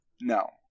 No